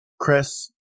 Chris